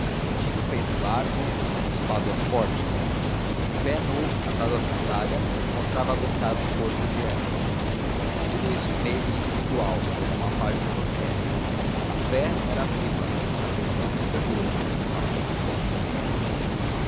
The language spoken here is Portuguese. tinha o peito largo as espáduas fortes o pé nu atado à sandália mostrava aguentar um corpo de hércules tudo isso meigo e espiritual como uma página evangélica a fé era viva a afeição segura a paciência infinita